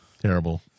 Terrible